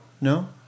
No